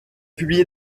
publié